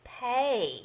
pay